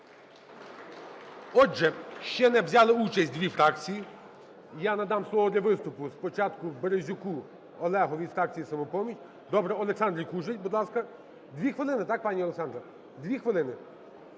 Отже, ще не взяли участь дві фракції. І я надам слово для виступу спочатку Березюку Олегу від фракції "Самопоміч". Добре, Олександрі Кужель, будь ласка. 2 хвилини, так, пані Олександра? Дві хвилини.